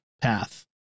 path